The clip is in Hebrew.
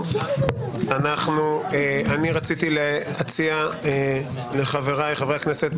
אני רציתי להציע לחבריי חברי הכנסת,